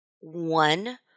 one